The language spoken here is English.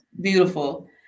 beautiful